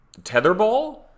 Tetherball